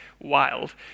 wild